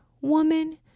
Woman